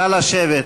נא לשבת.